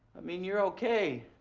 i mean, you're okay.